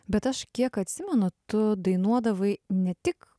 bet aš kiek atsimenu tu dainuodavai ne tik